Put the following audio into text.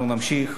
אנחנו נמשיך.